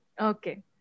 Okay